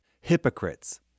Hypocrites